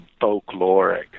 folkloric